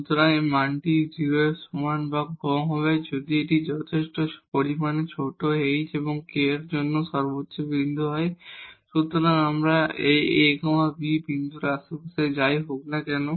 সুতরাং এই মানটি 0 এর সমান বা কম হবে যদি এটি যথেষ্ট পরিমাণে ছোট h এবং k এর ম্যাক্সিমা বিন্দু হয় এই a b বিন্দুর আশেপাশে যাই হোক না কেন